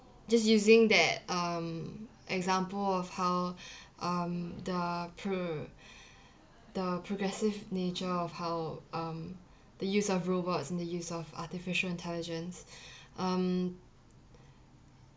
just using that um example of how um the pr~ the progressive nature of how um the use of robots and the use of artificial intelligence um